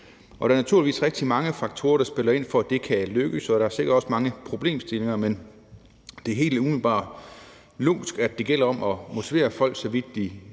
Der er naturligvis rigtig mange faktorer, der spiller ind, for at det kan lykkes, og der er sikkert også mange problemstillinger. Det er helt umiddelbart logisk, at det gælder om at motivere folk, såfremt de vil